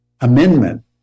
amendment